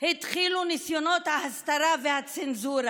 התחילו ניסיונות ההסתרה והצנזורה.